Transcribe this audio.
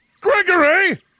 Gregory